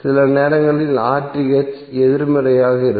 சில நேரங்களில் எதிர்மறையாக இருக்கும்